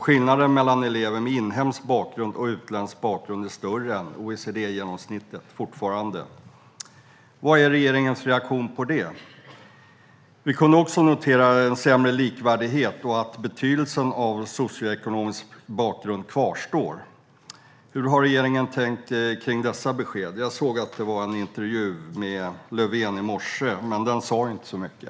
Skillnaden mellan elever med inhemsk bakgrund och elever med utländsk bakgrund är fortfarande större än för OECD-genomsnittet. Vad är regeringens reaktion på det? Vi kunde också notera en sämre likvärdighet och att betydelsen av socioekonomisk bakgrund kvarstår. Hur har regeringen tänkt kring dessa besked? Jag såg att det var en intervju med Löfven i morse, men den sa inte så mycket.